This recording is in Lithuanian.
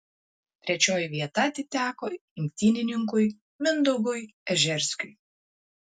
trečioji vieta atiteko imtynininkui mindaugui ežerskiui